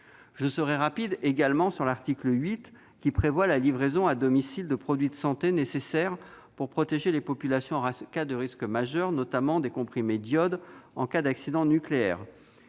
Je serai bref également sur l'article 8, qui prévoit la livraison à domicile de produits de santé nécessaires pour protéger les populations en cas de risque majeur, notamment de comprimés d'iode en cas d'accident nucléaire.